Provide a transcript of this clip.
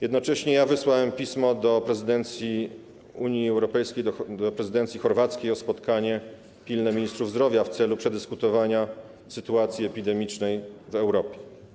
Jednocześnie wysłałem pismo do prezydencji Unii Europejskiej, do prezydencji chorwackiej w sprawie pilnego spotkania ministrów zdrowia w celu przedyskutowania sytuacji epidemicznej w Europie.